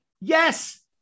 Yes